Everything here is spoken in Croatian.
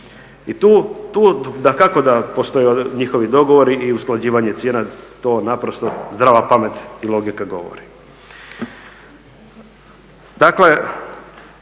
I tu dakako da postoje njihovi dogovori i usklađivanje cijena, to naprosto zdrava pamet i logika govori.